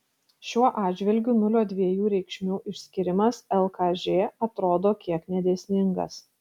šiuo atžvilgiu nulio dviejų reikšmių išskyrimas lkž atrodo kiek nedėsningas